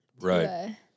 right